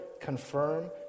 confirm